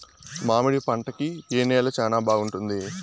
మామిడి పంట కి ఏ నేల చానా బాగుంటుంది